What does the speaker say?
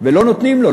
ולא נותנים לו,